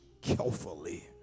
carefully